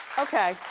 okay.